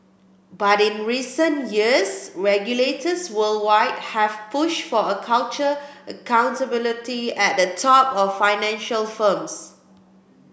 but in recent years regulators worldwide have pushed for a culture accountability at the top of financial firms